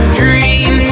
dream